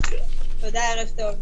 תודה רבה, ערב טוב.